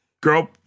girl